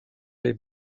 les